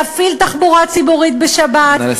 להפעיל תחבורה ציבורית בשבת,